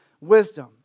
wisdom